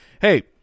hey